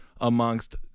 amongst